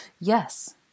yes